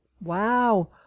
Wow